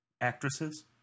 actresses